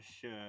sure